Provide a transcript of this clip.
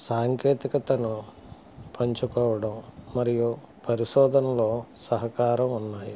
సాంకేతికతను పంచుకోవడం మరియు పరిశోధనలో సహకారం ఉన్నాయి